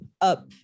up